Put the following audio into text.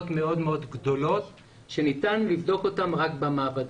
מאוד מאוד גדולות וניתן לבדוק אותם רק במעבדה.